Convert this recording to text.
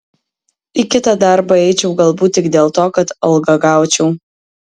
į kitą darbą eičiau galbūt tik dėl to kad algą gaučiau